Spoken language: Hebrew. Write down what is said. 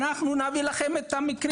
אנחנו נביא לכם את המקרים.